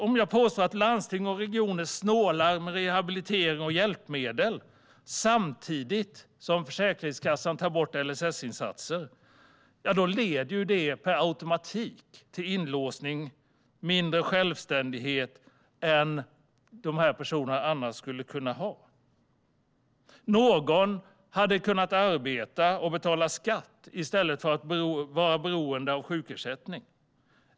Om landsting och regioner snålar med rehabilitering och hjälpmedel samtidigt som Försäkringskassan tar bort LSS-insatser leder det per automatik till inlåsning och mindre självständighet för de berörda. Någon som hade kunnat arbeta och betala skatt blir i stället beroende av sjukersättning.